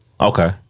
Okay